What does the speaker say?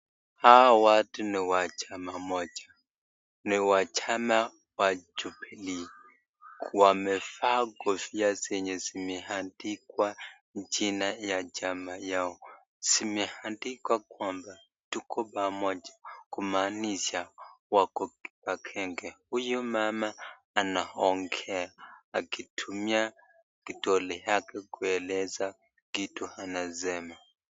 Hawa watu ni wa chama moja. Ni wa chama wa Jubilee. Wamevaa kofia zenye zimeandikwa jina ya chama yao. Zimeandikwa kwamba, tuko pamoja, kumaanisha wako kwa genge . Huyu mama anaongea, akitumia kidole yake kueleza kitu anasema.